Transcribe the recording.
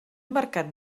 mercat